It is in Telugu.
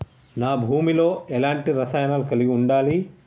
నా భూమి లో ఎలాంటి రసాయనాలను కలిగి ఉండాలి?